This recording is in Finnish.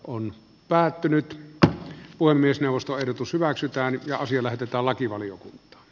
on päätynyt voi myös neuvostoehdotus hyväksytään ja osia lähetetä lakivalion